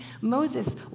Moses